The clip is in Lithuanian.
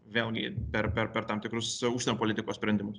vėlgi per per per tam tikrus užsienio politikos sprendimus